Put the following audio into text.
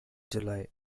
july